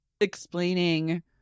explaining